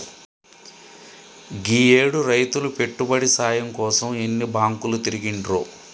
గీయేడు రైతులు పెట్టుబడి సాయం కోసం ఎన్ని బాంకులు తిరిగిండ్రో